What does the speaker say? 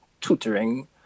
tutoring